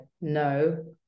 no